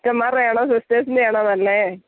അച്ചന്മാരുടെയാണോ സിസ്റ്റേഴ്സിൻറ്റെയാണോ നല്ലത്